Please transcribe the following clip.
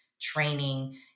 training